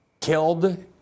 killed